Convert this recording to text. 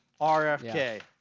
RFK